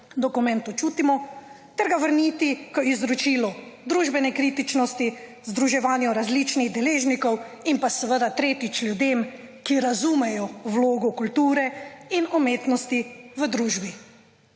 dokumentu čutimo ter ga vrniti k izročilu družbene kritičnosti, združevanja različnih deležnikov in pa seveda tretjič ljudem, ki razumejo vlogo kulture in umetnosti v družbi,